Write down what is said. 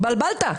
התבלבלת.